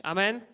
Amen